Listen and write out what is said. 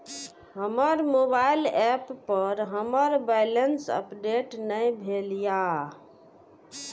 हमर mobile app पर हमर बैलेंस अपडेट ने भेल या